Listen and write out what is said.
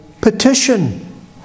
petition